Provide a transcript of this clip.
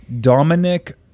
Dominic